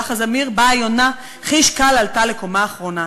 הלך הזמיר, באה היונה, חיש קל עלתה לקומה אחרונה.